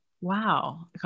Wow